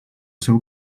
seu